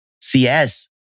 CS